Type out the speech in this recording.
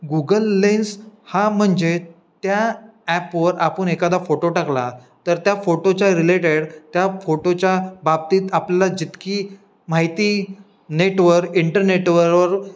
Google lens हा म्हणजे त्या ॲपवर आपण एखादा फोटो टाकला तर त्या फोटोच्या रिलेटेड त्या फोटोच्या बाबतीत आपल्याला जितकी माहिती नेटवर इंटरनेटवरोर